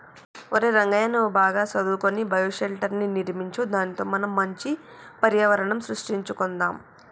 ఒరై రంగయ్య నువ్వు బాగా సదువుకొని బయోషెల్టర్ర్ని నిర్మించు దానితో మనం మంచి పర్యావరణం సృష్టించుకొందాం